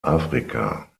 afrika